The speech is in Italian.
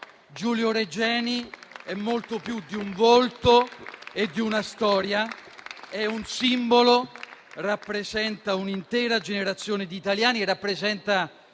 Giulio Regeni è molto più di un volto e di una storia, è un simbolo, rappresenta un'intera generazione di italiani, rappresenta